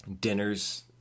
dinners